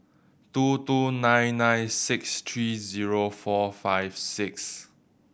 two two nine nine six three zero four five six